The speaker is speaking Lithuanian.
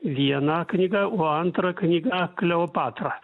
viena knyga o antra knyga kleopatra